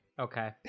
okay